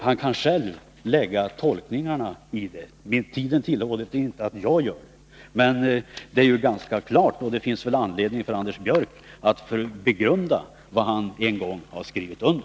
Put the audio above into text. Han kan själv göra tolkningarna. Tiden tillåter inte att jag gör det. Men det är ganska klart att det finns anledning för Anders Björck att begrunda vad han en gång har skrivit under.